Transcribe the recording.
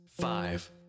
five